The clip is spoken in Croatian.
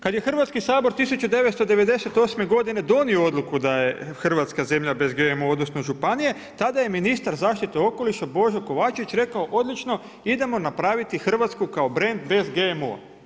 Kad je Hrvatski sabor 1998. g. donio odluku da je Hrvatska zemlja bez GMO, odnosno, županije, tada je ministar zaštite okoliša, Božo Kovačević rekao, odlično, idemo napraviti Hrvatsku kao brand, bez GMO.